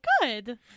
good